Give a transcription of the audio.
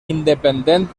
independent